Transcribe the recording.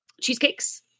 cheesecakes